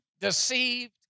deceived